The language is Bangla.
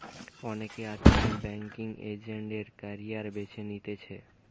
অনেকে আজকাল বেংকিঙ এজেন্ট এর ক্যারিয়ার বেছে নিতেছে